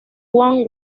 one